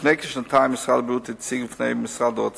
לפני כשנתיים משרד הבריאות הציג בפני האוצר